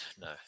No